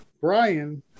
Brian